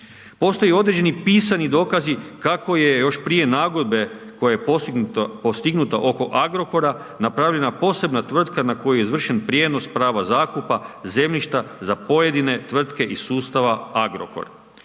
Postoje određeni pisani dokazi kako je još prije nagodbe koja je postignuta oko Agrokora, napravi posebna tvrtka na koju je izvršen prijenos prava zakupa zemljišta za pojedine tvrtke iz sustava Agrokor.